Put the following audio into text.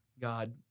God